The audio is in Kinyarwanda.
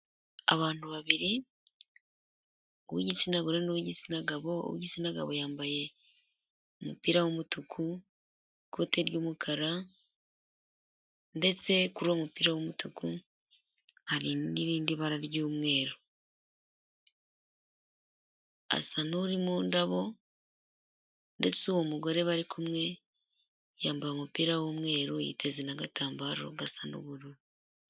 Abantu babiri uw'igitsina gore n'uw'igitsina gabo, uw'igitsina gabo yambaye umupira w'umutuku, ikote ry'umukara ndetse kuri uwo mupira w'umutuku hari n'irindi bara ry'umweru, asa n'uri mu ndabo ndetse uwo mugore bari kumwe yambaye umupira w'umweru yiteze n'agatambaro gasa n'ubururu.